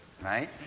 right